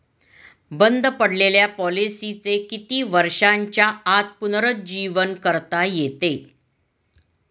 बंद पडलेल्या पॉलिसीचे किती वर्षांच्या आत पुनरुज्जीवन करता येते?